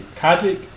kajik